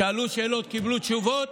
שאלו שאלות וקיבלו תשובות,